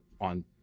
on